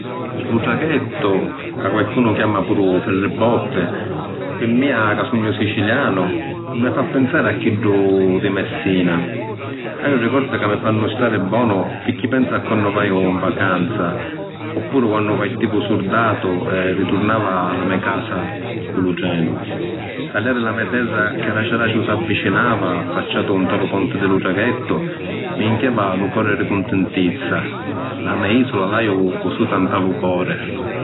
Lu traghettu, ca qualcunu chiama puru ferribotti, pi mia ca sugnu sicilianu, mi fa pinsari a chiddu di Messina. Haiu rigordi ca mi fannu stari bonu pirchì pensu a quannu vaju ‘n vacanza, oppuru quannu partivu surdatu e riturnava a la me’ casa cu lu trenu. Taliàri la me’ terra chi adaciu adaciu s’avvicinava, affacciatu nta lu ponti di lu traghettu, mi jincheva lu cori di cuntintizza. La me’ isula l’haiu cusùta nta lu cori!